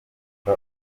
uko